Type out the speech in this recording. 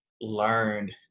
learned